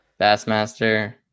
Bassmaster